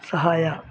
ಸಹಾಯ